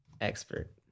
expert